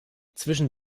zwischen